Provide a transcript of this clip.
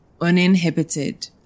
uninhibited